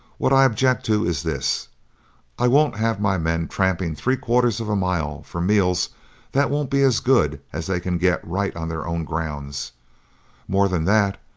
what i object to is this i won't have my men tramping three-quarters of a mile for meals that won't be as good as they can get right on their own grounds more than that,